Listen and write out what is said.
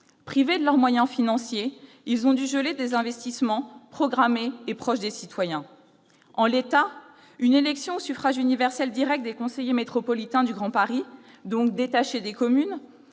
Privés de leurs moyens financiers, ils ont dû geler des investissements programmés et proches des citoyens. En l'état, une élection au suffrage universel direct des conseillers métropolitains du Grand Paris, détachée des communes,